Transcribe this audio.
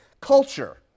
culture